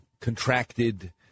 contracted